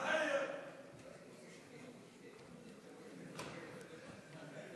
זה שתמשיך להגיד שטויות לא הופך אותן למשהו רציני.